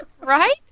right